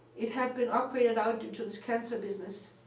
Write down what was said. it had been operated on due to this cancer business.